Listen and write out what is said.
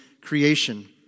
creation